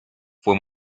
fue